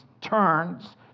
turns